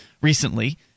recently